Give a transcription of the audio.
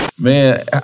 Man